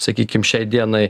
sakykim šiai dienai